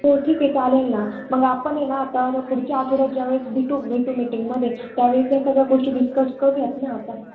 हो ठीक आहे चालेल ना मग आपण ये ना तर पुढच्या आठवड्यात ज्या वेळेस भेटू भेटू म मिटिंगमध्ये त्यावेळेस या सगळ्या गोष्टी डिस्कस करूयात ना आपण